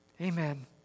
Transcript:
Amen